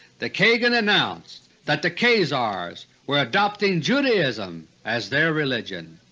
the kagan announced that the khazars were adopting judaism as their religion.